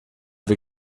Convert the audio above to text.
wie